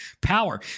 power